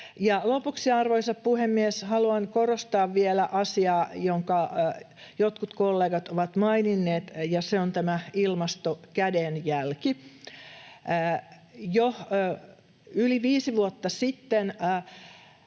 Lopuksi, arvoisa puhemies, haluan korostaa vielä asiaa, jonka jotkut kollegat ovat maininneet, ja se on tämä ilmastokädenjälki: Jo yli viisi vuotta sitten